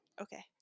Okay